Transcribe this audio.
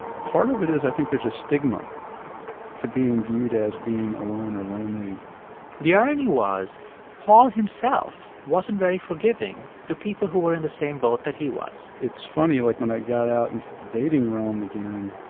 part of it is i think there's a stigma to being viewed as being alone or lonely the irony was paul himself wasn't very forgiving to people who were in the same boat that he was it's funny. like, when i got out into the dating realm again,